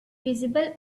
visible